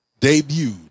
debuted